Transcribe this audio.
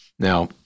Now